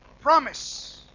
promise